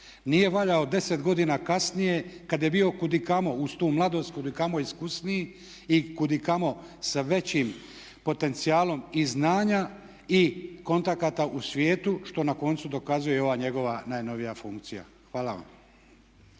Nije valjao 10 godina kasnije kada je bio kudikamo, uz tu mladost, kudikamo iskusniji i kudikamo sa većim potencijalom i znanja i kontakata u svijetu što na koncu dokazuje i ova njegova najnovija funkcija. Hvala vam.